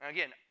Again